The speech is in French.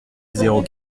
zéro